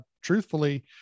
truthfully